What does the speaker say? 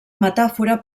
metàfora